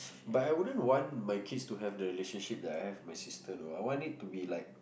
but I wouldn't want my kids to have the relationship that I have with my sister though I want it to be like